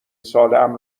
سالهام